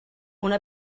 una